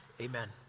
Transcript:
Amen